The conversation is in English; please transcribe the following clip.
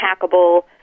hackable